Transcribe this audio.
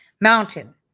Mountain